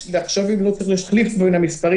לחשוב אם לא צריך להחליף בין המספרים